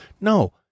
No